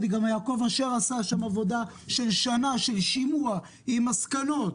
גם יעקב אשר עשה שם עבודה של שנה של שימוע עם מסקנות,